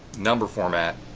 number format,